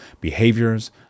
behaviors